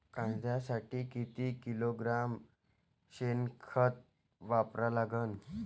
कांद्यासाठी किती किलोग्रॅम शेनखत वापरा लागन?